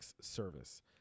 service